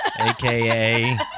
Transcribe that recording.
aka